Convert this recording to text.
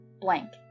blank